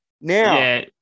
Now